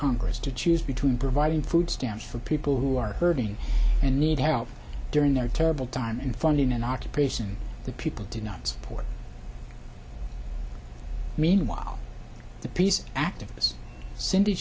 congress to choose between providing food stamps for people who are hurting and need help during their terrible time in funding an occupation the people do not support meanwhile the peace activist cindy